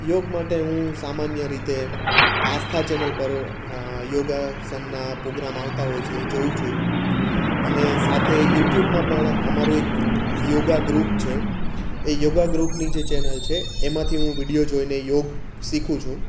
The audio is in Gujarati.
યોગ માટે હું સામાન્ય રીતે આસ્થા ચેનલ પર યોગાસનના પોગ્રામ આવતા હોય છે એ જોઉં છું અને સાથે યુટ્યુબમાં પણ અમારો એક યોગા ગ્રુપ છે એ યોગા ગ્રુપની જે ચેનલ છે એમાંથી હું વીડિયો જોઈને યોગ શીખું છું